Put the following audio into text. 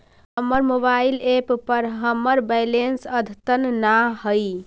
हमर mobile app पर हमर बैलेंस अद्यतन ना हई